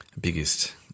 biggest